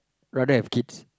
rather have kids